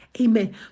amen